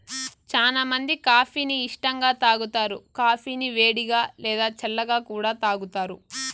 చానా మంది కాఫీ ని ఇష్టంగా తాగుతారు, కాఫీని వేడిగా, లేదా చల్లగా కూడా తాగుతారు